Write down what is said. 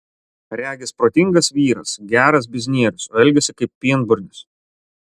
regis protingas vyras geras biznierius o elgiasi kaip pienburnis